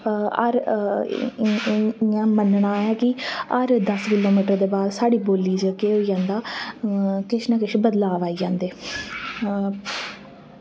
हर इ इ इ'यां मनना ऐ कि हर दस किलोमीटर दे बाद साढ़ी बोल्ली च केह् होई जंदा किश ना किश बदलाव आई जंदे